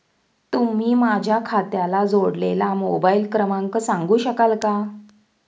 तुम्ही माझ्या खात्याला जोडलेला मोबाइल क्रमांक सांगू शकाल का?